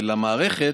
ולמערכת,